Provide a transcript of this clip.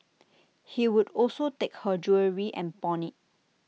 he would also take her jewellery and pawn IT